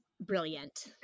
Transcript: brilliant